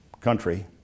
country